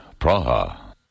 Praha